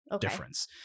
difference